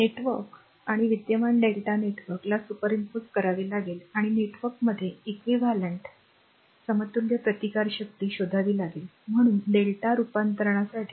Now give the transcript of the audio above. network आणि विद्यमान Δ network ला superimpose करावे लागेल आणि नेटवर्कमध्ये equivalent समतुल्य प्रतिकारशक्ती शोधावी लागेल म्हणून Δ रूपांतरणासाठी जा